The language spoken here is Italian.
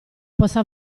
possa